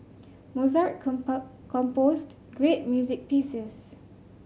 Mozart composed great music pieces